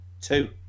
two